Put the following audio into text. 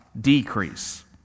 decrease